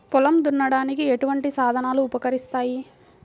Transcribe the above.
పొలం దున్నడానికి ఎటువంటి సాధనాలు ఉపకరిస్తాయి?